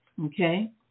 Okay